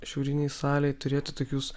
šiaurinėj salėj turėti tokius